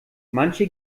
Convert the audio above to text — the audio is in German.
manche